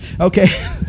okay